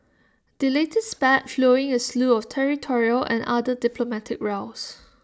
the latest spat flowing A slew of territorial and other diplomatic rows